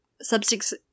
substance